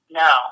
no